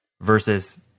versus